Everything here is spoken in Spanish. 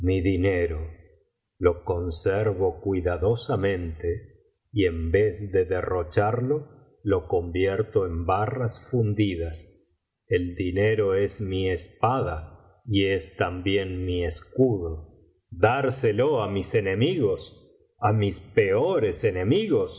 mi dinero lo conservo cuidadosamente y en vez de derrocharlo lo convierto en barras fundidas el dinero es mí espada y es también mi escudo dárselo á mis enemigos á mis peores enemigos